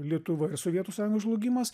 lietuva ir sovietų sąjungos žlugimas